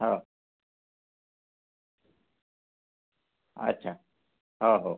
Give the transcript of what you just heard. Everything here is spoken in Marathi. हो अच्छा हो हो